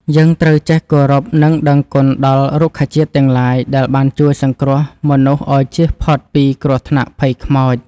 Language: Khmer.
យើងត្រូវចេះគោរពនិងដឹងគុណដល់រុក្ខជាតិទាំងឡាយដែលបានជួយសង្គ្រោះមនុស្សឱ្យចៀសផុតពីគ្រោះថ្នាក់ភ័យខ្មោច។